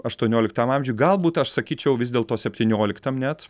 aštuonioliktam amžiuj galbūt aš sakyčiau vis dėlto septynioliktam net